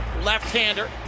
left-hander